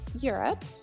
Europe